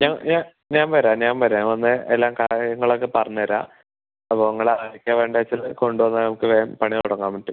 ഞാൻ ഞാൻ ഞാൻ വരാം ഞാൻ വരാം വന്ന് എല്ലാം കാര്യങ്ങളൊക്കെ പറഞ്ഞുതരാം അപ്പോൾ നിങ്ങൾ ആരൊക്കെയാണ് വേണ്ടത് വെച്ചാൽ കൊണ്ട് വന്നാൽ നമുക്ക് വേഗം പണി തുടങ്ങാൻ പറ്റും